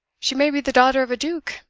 she may be the daughter of a duke,